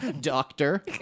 Doctor